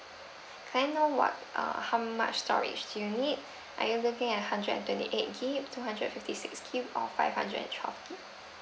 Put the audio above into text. can I know what uh how much storage do you need are you looking at hundred and twenty eight gig two hundred and fifty six gig or five hundred and twelve gig